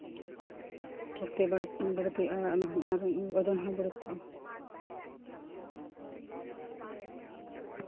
ᱥᱚᱠᱛᱤ ᱵᱟᱹᱲᱛᱤᱜᱼᱟ ᱟᱨ ᱟᱨ ᱳᱡᱚᱱ ᱦᱚᱸ ᱵᱟᱹᱲᱛᱤᱜᱼᱟ